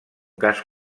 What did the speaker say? cas